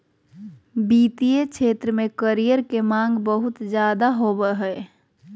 वित्तीय क्षेत्र में करियर के माँग बहुत ज्यादे होबय हय